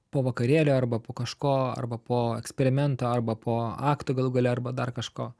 po vakarėlio arba po kažko arba po eksperimento arba po akto galų gale arba dar kažko